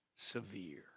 severe